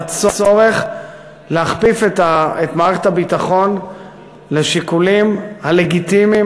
על הצורך להכפיף את מערכת הביטחון לשיקולים הלגיטימיים